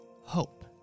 Hope